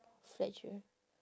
fletcher